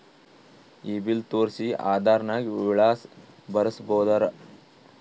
ಈ ಬಿಲ್ ತೋಸ್ರಿ ಆಧಾರ ನಾಗ ವಿಳಾಸ ಬರಸಬೋದರ?